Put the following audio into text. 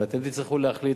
ואתם תצטרכו להחליט,